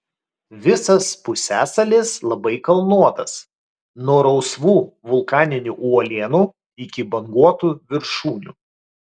visas pusiasalis labai kalnuotas nuo rausvų vulkaninių uolienų iki banguotų viršūnių